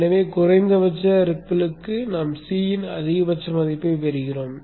எனவே குறைந்தபட்ச ரிப்பிலுக்கு நாம் C இன் அதிக மதிப்பைப் பெறுகிறோம்